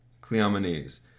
Cleomenes